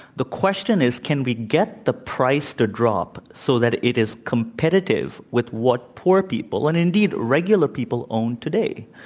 the question is can we get the price to drop so that it is competitive with what poor people and, indeed, regular people own today?